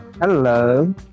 Hello